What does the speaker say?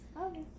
okay